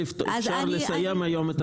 אפשר לסיים היום את הטרומיות,